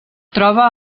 troba